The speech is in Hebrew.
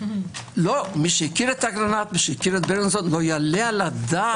מי שהכיר את אגרנט ואת ברינזון- -- זה כתוב.